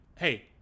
Hey